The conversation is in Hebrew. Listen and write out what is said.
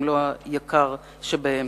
אם לא היקר שבהם.